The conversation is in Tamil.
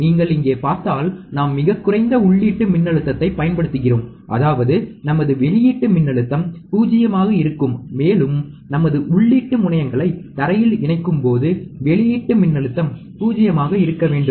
நீங்கள் இங்கே பார்த்தால் நாம் மிகக்குறைந்த உள்ளீட்டு மின்னழுத்தத்தைப் பயன்படுத்துகிறோம் அதாவது நமது வெளியீட்டு மின்னழுத்தம் 0 ஆக இருக்கும் மேலும் நமது உள்ளீட்டு முனையங்களை தரையில் இணைக்கும்போது வெளியீட்டு மின்னழுத்தம் 0 ஆக இருக்க வேண்டும்